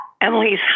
Emily's